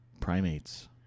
primates